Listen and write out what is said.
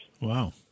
Wow